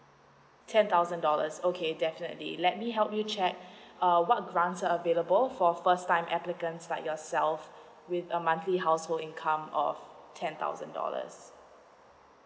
ten thousand dollars okay definitely let me help you check uh what grants are available for first time applicants like yourself with a monthly household income or or ten thousand dollars